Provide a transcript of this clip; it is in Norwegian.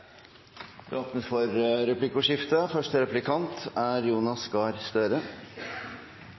Det åpnes for replikkordskifte